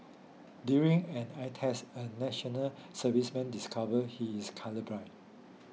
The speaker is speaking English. during an eye test a National Serviceman discover he is colourblind